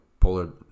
Polar